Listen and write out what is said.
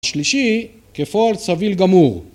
השלישי כפועל סביל גמור